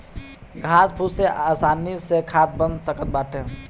घास फूस से आसानी से खाद बन सकत बाटे